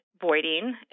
voiding